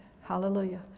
Hallelujah